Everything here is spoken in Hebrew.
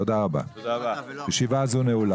תודה רבה, הישיבה הזו נעולה.